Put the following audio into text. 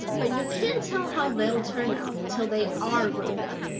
but you can't tell how they'll turn out till they are grown up.